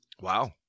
Wow